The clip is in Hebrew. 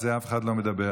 על זה אף אחד לא מדבר.